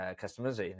customers